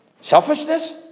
selfishness